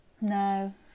No